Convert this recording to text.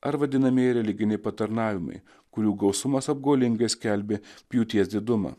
ar vadinamieji religiniai patarnavimai kurių gausumas apgaulingai skelbė pjūties didumą